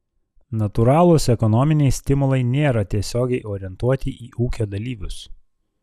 natūralūs ekonominiai stimulai nėra tiesiogiai orientuoti į ūkio dalyvius